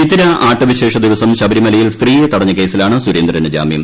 ചിത്തിര ആട്ട വിശേഷ ദിവസം ശബരിമലയിൽ സ്ത്രീയെ തടഞ്ഞ കേസിലാണ് സുരേന്ദ്രന് ജാമ്യം